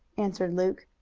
answered luke.